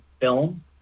film